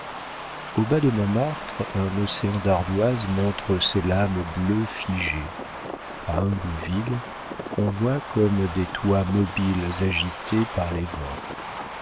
au bas de montmartre un océan d'ardoises montre ses lames bleues figées à ingouville on voit comme des toits mobiles agités par les vents